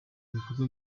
ibikorwa